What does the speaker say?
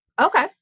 Okay